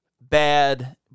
bad